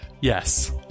Yes